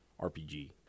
RPG